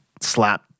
slap